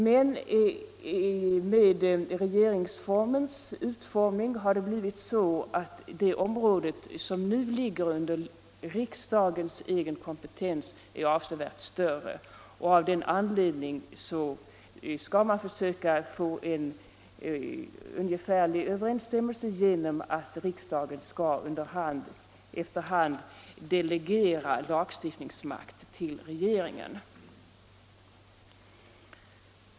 Men på grund av regeringsformens utformning har det blivit så att det område som nu ligger under riksdagens egen kompetens är avsevärt större. Av den anledningen skall man försöka få en ungefärlig överensstämmelse genom att riksdagen efter hand skall delegera lagstiftningsmakt till regeringen.